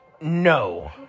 No